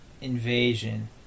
Invasion